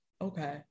Okay